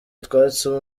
utwatsi